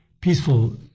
peaceful